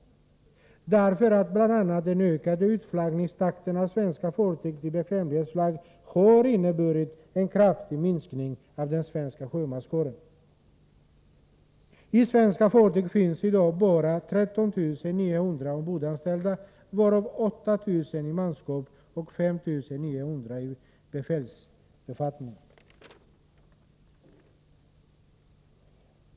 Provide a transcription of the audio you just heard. Den ökade takten i utflaggningen av svenska fartyg till bekvämlighetsflagg har nämligen inneburit en kraftig minskning av den svenska sjömanskåren. På svenska fartyg finns i dag bara 13 900 ombordanställda, varav 8 000 i manskap och 5 900 i befälsbefattning.